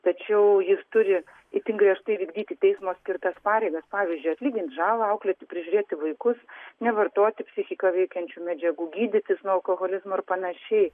tačiau jis turi itin griežtai vykdyti teismo skirtas pareigas pavyzdžiui atlyginti žalą auklėti prižiūrėti vaikus nevartoti psichiką veikiančių medžiagų gydytis nuo alkoholizmo ir panašiai